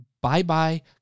bye-bye